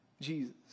Jesus